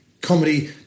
comedy